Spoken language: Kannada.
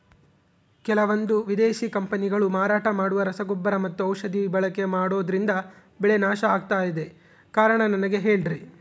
ಕೆಲವಂದು ವಿದೇಶಿ ಕಂಪನಿಗಳು ಮಾರಾಟ ಮಾಡುವ ರಸಗೊಬ್ಬರ ಮತ್ತು ಔಷಧಿ ಬಳಕೆ ಮಾಡೋದ್ರಿಂದ ಬೆಳೆ ನಾಶ ಆಗ್ತಾಇದೆ? ಕಾರಣ ನನಗೆ ಹೇಳ್ರಿ?